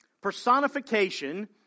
Personification